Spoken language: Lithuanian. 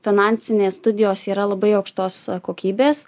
finansinės studijos yra labai aukštos kokybės